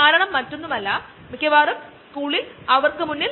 കോണിൽ നിന്നും എത്തനോൾ ഉണ്ടാക്കുന്നത് എങ്ങനെ അതല്ലെകിൽ മറ്റു സ്രോതസുകളിൽ നിന്നും